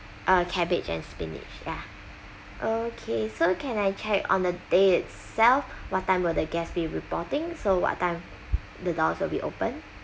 uh cabbage and spinach ya okay so can I check on the day itself what time will the guests be reporting so what time the doors will be open